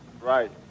Right